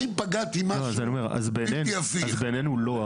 האם פגעתי במשהו בלתי הפיך.